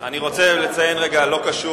אני רוצה לציין לרגע, ללא קשר